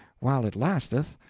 while it lasteth,